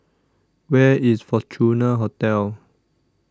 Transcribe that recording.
Where IS Fortuna Hotel